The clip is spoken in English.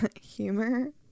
humor